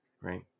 Right